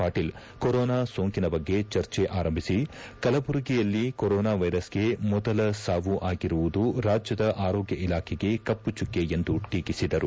Patil corona ಸೋಂಕಿನ ಬಗ್ಗೆ ಚರ್ಚಿ ಆರಂಭಿಸಿ ಕಲಬುರಗಿಯಲ್ಲಿ ಕೊರೋನಾ ವೈರಸ್ಗೆ ಮೊದಲ ಸಾವು ಆಗಿರುವುದು ರಾಜ್ಯದ ಆರೋಗ್ಯ ಇಲಾಖೆಗೆ ಕಪ್ಪಚುಕ್ಕ ಎಂದು ಟೀಕಿಸಿದರು